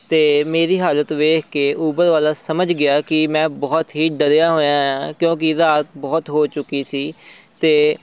ਅਤੇ ਮੇਰੀ ਹਾਲਤ ਵੇਖ ਕੇ ਉਬਰ ਵਾਲਾ ਸਮਝ ਗਿਆ ਕਿ ਮੈਂ ਬਹੁਤ ਹੀ ਡਰਿਆ ਹੋਇਆ ਹਾਂ ਕਿਉਂਕਿ ਰਾਤ ਬਹੁਤ ਹੋ ਚੁੱਕੀ ਸੀ ਅਤੇ